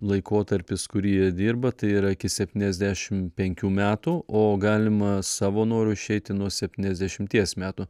laikotarpis kurį jie dirba tai yra iki septyniasdešim penkių metų o galima savo noru išeiti nuo septyniasdešimties metų